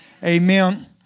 Amen